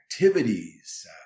activities